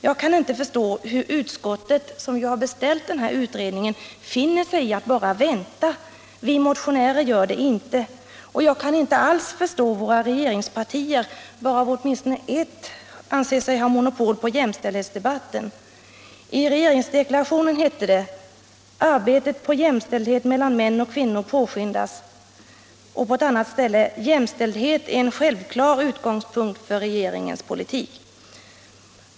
Jag kan inte förstå hur utskottet, som ju har beställt den Nr 77 här utredningen, finner sig i att bara vänta. Vi motionärer gör det inte. Onsdagen den Jag kan inte alls förstå våra regeringspartier, varav åtminstone ett anser 2 mars 1977 sig ha monopol på jämställdhetsdebatten. I regeringsdeklarationen hette — LL det att ”arbetet på jämställdhet mellan män och kvinnor påskyndas” Pensionspoäng på = och på ett annat ställe att ”jämställdhet är en självklar utgångspunkt sidoinkomster för för regeringens politik”.